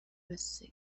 was